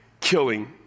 killing